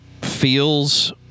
feels